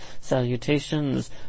salutations